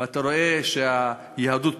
ואתה רואה שהיהדות פורחת,